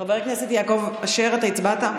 חבר הכנסת יעקב אשר, אתה הצבעת?